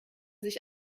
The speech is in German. sich